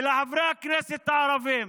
ולחברי הכנסת הערבים